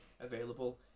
available